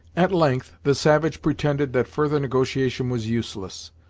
at length the savage pretended that further negotiation was useless,